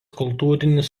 kultūrinis